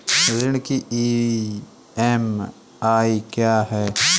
ऋण की ई.एम.आई क्या है?